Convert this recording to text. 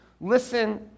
listen